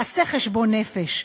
עשה חשבון נפש,